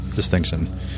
Distinction